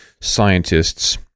scientists